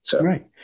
Right